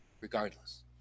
regardless